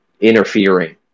interfering